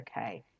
okay